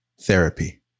therapy